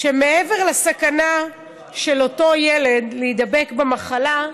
שמעבר לסכנה של אותו ילד להידבק במחלה,